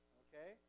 okay